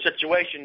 situation